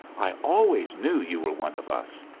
i always knew you were one of us.